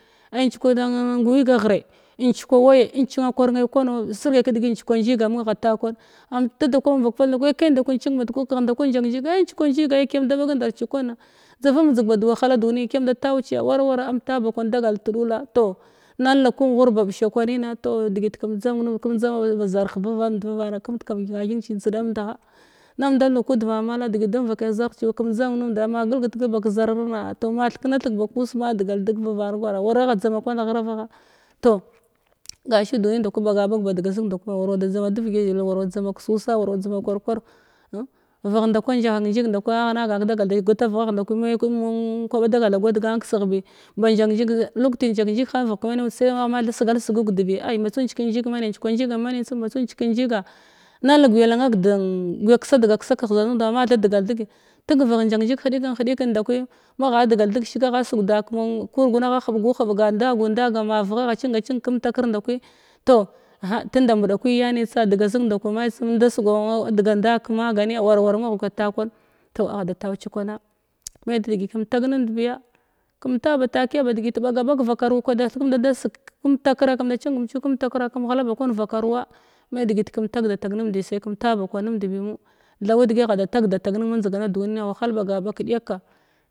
Ai njikwa nenn gwiga ghre njikwa waye incina kwar ne kwani insirge kedigit njikwa njiga mun agha takan am dada kan vak pal ndaku ai kai ndaku incing band kwan kagh nda kwa njak jiga ai njikwa njiga kiya da ɓaga ndaar cikwana dzavem dzig bad wahala duni kiya da tau ciya wara wara am taba kwan dagal tudula toh nelneg kunguhu ba bisha kwanina toh degil kem dzang numnd kum dzama ba-ba zarh vavamnd vavan kemnd kam thenna theg ci njdiɗamnda namdal neg kud ma mala degit dam vakai zarhci wa kum dzamg numda ma gelget gelg bak zirar na toh ma thekna theg bakus ma degal deg wara-wara agha dzama kwan ghrava ghatoh gashi duni ndaku ɓaga ba dega zig wqar-war wara wa dzama kawar war vegh nda kwa njahah hjig nda kwaagha na gan kedagal da gata veghagh nda kwi ma’i nen kwaɓa degal da gwad gan kedegh bi ba njanjig lukti njanjig ha vegh kemena mud sa i magha mathai sigal seg gud ai mbatsu njikm njikwa njigam menen tsum njiken njiga nalneg guya lannak denn guya kesa dega kesakegh tha nuda am ma tha degal degi tek veghan njaknjig heken hediken nda kwi magha a sugda kurgunangh a hubgu hubga ndagu ndaga ma vegha a cinga cing kemtakr nda kwi toh gha tenda mbɗakuyirani tsa dega zig nda kwa ma’i tsum inda sugwa aa dega ndag ke maganiya wara wara mung aguya ta kwan me degi kem tag numd biya kem ta ba takiya ba degit ɓaga ɓag vakaru kwa da seken da da segk kemtakra kem da cingu cing kemtakra kəem ghala ba kwah vakar wa me degit kem tag datag numndi sai kem ta ba tag numndi sai ken taba kwan nemnd bimo thau degi agha datag da tag nen man jdigana duni wahala ɓaga ɓag dekka